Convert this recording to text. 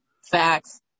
Facts